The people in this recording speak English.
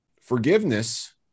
Forgiveness